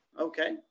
Okay